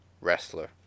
wrestler